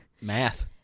Math